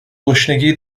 گشنگی